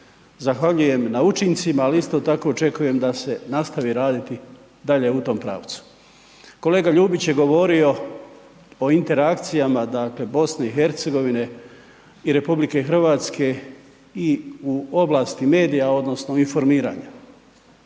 zahvaljujem na učincima, ali isto tako očekujem da se nastavi raditi dalje u tom pravcu. Kolega Ljubić je govorio o interakcijama dakle BiH i RH i u oblasti medija odnosno informiranja.